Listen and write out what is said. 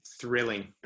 thrilling